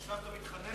עכשיו אתה מתחנן?